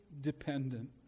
dependent